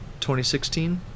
2016